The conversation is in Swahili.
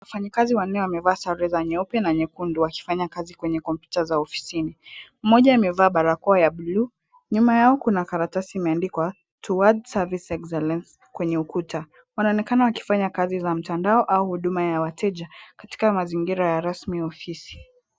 Wafanyikazi wanne wamevaa sare za nyeupe na nyekundu wakifanya kazi kwenye kompyuta za ofisini. Mmoja amevaa barakoa ya bluu, nyuma yao kuna karatasi imeandikwa towards service excellence kwenye ukuta. Wanaonekana wakifanya kazi za mtandao au huduma ya wateja, katika mazingira ya rasmi ya ofisi.